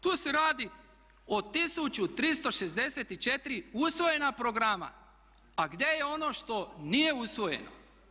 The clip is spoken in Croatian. Tu se radi o 1364 usvojena programa a gdje je ono što nije usvojeno?